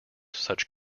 such